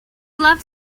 loves